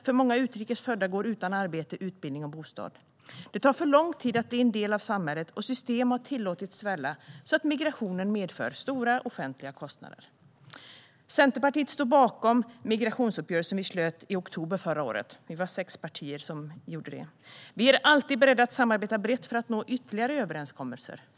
För många utrikes födda går utan arbete, utbildning och bostad. Det tar för lång tid att bli en del av samhället, och system har tillåtits svälla så att migrationen medför stora offentliga kostnader. Centerpartiet står bakom migrationsuppgörelsen som vi slöt i oktober. Vi var sex partier som ingick den överenskommelsen. Vi är alltid beredda att samarbeta brett för att nå ytterligare överenskommelser.